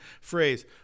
phrase